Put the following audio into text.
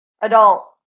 adult